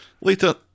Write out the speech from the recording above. Later